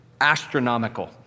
astronomical